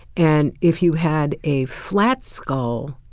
and if you had a flat skull,